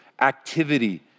Activity